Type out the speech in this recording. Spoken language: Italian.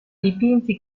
dipinti